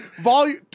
volume